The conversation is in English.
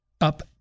up